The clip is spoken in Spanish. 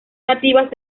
nativas